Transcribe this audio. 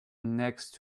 next